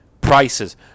prices